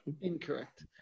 Incorrect